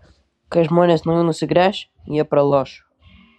kai žmonės nuo jų nusigręš jie praloš